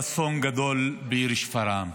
גדול בעיר שפרעם: